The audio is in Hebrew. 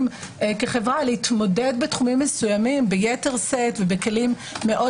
כחברה להתמודד בתחומים מסוימים ביתר שאת ובכלים מאוד